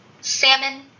salmon